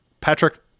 Patrick